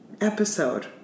episode